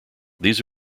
these